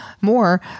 more